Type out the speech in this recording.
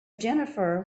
jennifer